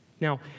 Now